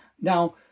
Now